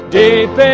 deep